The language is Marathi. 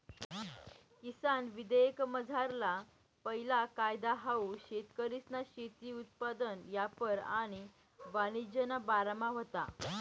किसान विधेयकमझारला पैला कायदा हाऊ शेतकरीसना शेती उत्पादन यापार आणि वाणिज्यना बारामा व्हता